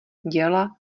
děla